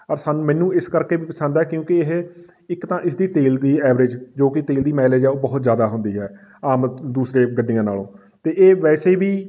ਅਰ ਸਾਨੂੰ ਮੈਨੂੰ ਇਸ ਕਰਕੇ ਵੀ ਪਸੰਦ ਹੈ ਕਿਉਂਕਿ ਇਹ ਇੱਕ ਤਾਂ ਇਸਦੀ ਤੇਲ ਦੀ ਐਵਰੇਜ ਜੋ ਕਿ ਤੇਲ ਦੀ ਮਾਇਲਜ ਹੈ ਉਹ ਬਹੁਤ ਜ਼ਿਆਦਾ ਹੁੰਦੀ ਹੈ ਆਮ ਦੂਸਰੇ ਗੱਡੀਆਂ ਨਾਲੋਂ ਅਤੇ ਇਹ ਵੈਸੇ ਵੀ